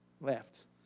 left